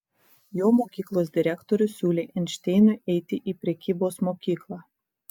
jo mokyklos direktorius siūlė einšteinui eiti į prekybos mokyklą